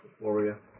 Warrior